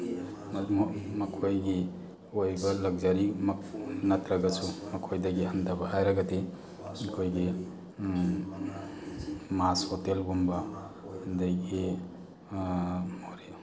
ꯃꯗꯨꯃꯛ ꯃꯈꯣꯏꯒꯤ ꯑꯣꯏꯕ ꯂꯛꯖꯔꯤ ꯃꯄꯨ ꯅꯠꯇ꯭ꯔꯒꯁꯨ ꯃꯈꯣꯏꯗꯒꯤ ꯍꯟꯊꯕ ꯍꯥꯏꯔꯒꯗꯤ ꯑꯩꯈꯣꯏꯒꯤ ꯃꯥꯁ ꯍꯣꯇꯦꯜꯒꯨꯝꯕ ꯑꯗꯒꯤ